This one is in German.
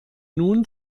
nun